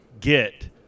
get